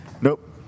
nope